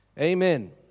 Amen